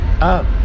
up